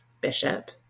Bishop